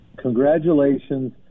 congratulations